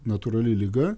natūrali liga